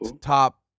top